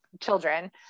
children